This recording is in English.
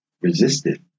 resisted